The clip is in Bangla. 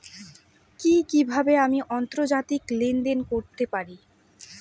কি কিভাবে আমি আন্তর্জাতিক লেনদেন করতে পারি?